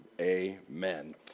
amen